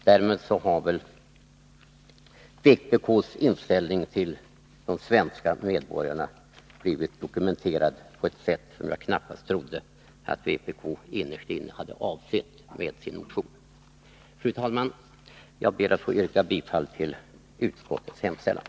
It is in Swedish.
Därmed har väl vpk:s inställning till de svenska medbor garna blivit dokumenterad på ett sätt som jag knappast trodde att vpk innerst inne hade avsett med sin motion. Fru talman! Jag ber att få yrka bifall till utskottets hemställan.